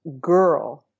girl